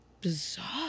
Bizarre